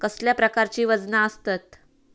कसल्या प्रकारची वजना आसतत?